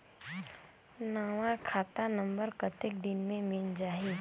नवा खाता नंबर कतेक दिन मे मिल जाही?